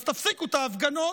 אז תפסיקו את ההפגנות,